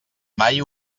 mai